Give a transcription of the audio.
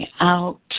out